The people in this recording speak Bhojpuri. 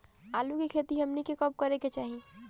आलू की खेती हमनी के कब करें के चाही?